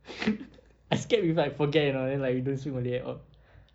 I scared we like forget you know then like we don't speak malay at all